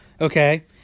okay